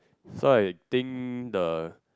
so I think the